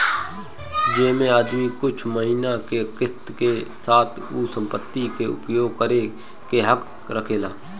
जेमे आदमी कुछ महिना के किस्त के साथ उ संपत्ति के उपयोग करे के हक रखेला